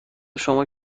شما